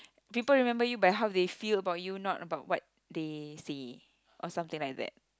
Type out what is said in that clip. people remember you by how they feel about you not about what they say or something like that